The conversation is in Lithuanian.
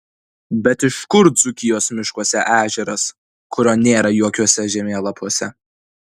bet iš kur dzūkijos miškuose ežeras kurio nėra jokiuose žemėlapiuose